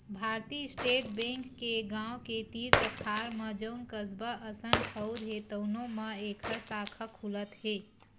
भारतीय state bank के गाँव के तीर तखार म जउन कस्बा असन ठउर हे तउनो म एखर साखा खुलत हे